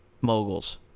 moguls